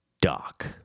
Doc